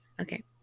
Okay